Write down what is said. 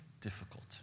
difficult